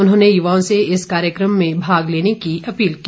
उन्होंने युवाओं से इस कार्यक्रम में भाग लेने की अपील की